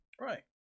Right